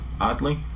Oddly